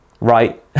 right